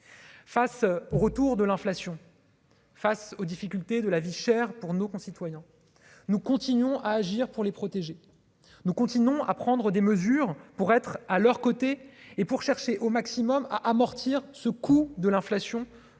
face au retour de l'inflation. Face aux difficultés de la vie chère pour nos concitoyens, nous continuons à agir pour les protéger, nous continuons à prendre des mesures pour être à leurs côtés et pour chercher au maximum à amortir ce coût de l'inflation